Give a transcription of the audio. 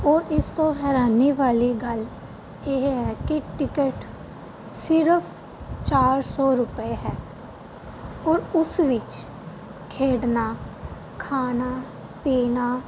ਔਰ ਇਸ ਤੋਂ ਹੈਰਾਨੀ ਵਾਲੀ ਗੱਲ ਇਹ ਹੈ ਕਿ ਟਿਕਟ ਸਿਰਫ਼ ਚਾਰ ਸੌ ਰੁਪਏ ਹੈ ਔਰ ਉਸ ਵਿੱਚ ਖੇਡਣਾ ਖਾਣਾ ਪੀਣਾ